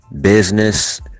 business